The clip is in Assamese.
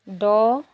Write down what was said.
দহ